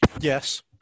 Yes